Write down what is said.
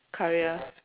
Khairiyah